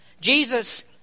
Jesus